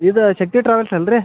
ಇದ ಶಕ್ತಿ ಟ್ರಾವೆಲ್ಸ್ ಅಲ್ಲ ರೀ